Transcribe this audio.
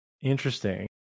Interesting